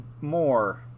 more